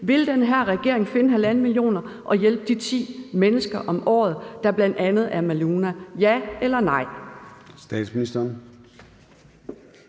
Vil den her regering finde 1,5 mio. kr. og hjælpe de ti mennesker om året, der bl.a. er Maluna – ja eller nej?